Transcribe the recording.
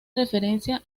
referencia